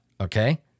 okay